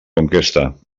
conquesta